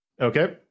Okay